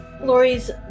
Lori's